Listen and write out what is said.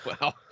Wow